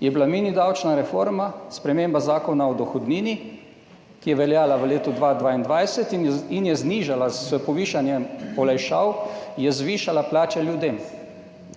je bila mini davčna reforma, sprememba Zakona o dohodnini, ki je veljala v letu 2022 in je s povišanjem olajšav zvišala plače ljudem.